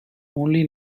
only